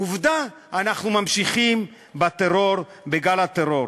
עובדה, אנחנו ממשיכים בטרור, בגל הטרור.